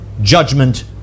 judgment